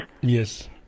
Yes